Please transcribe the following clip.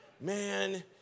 man